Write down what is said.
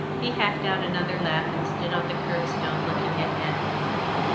he hacked out another laugh, and stood on the curb-stone looking at annie a moment.